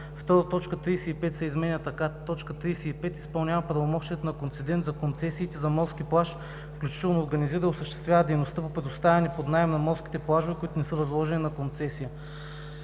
35 се изменя така: „35. изпълнява правомощията на концедент за концесиите за морски плаж, включително организира и осъществява дейността по предоставяне под наем на морските плажове, които не са възложени на концесия;“.“